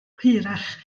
hwyrach